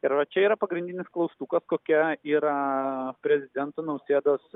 ir va čia yra pagrindinis klaustukas kokia yra prezidento nausėdos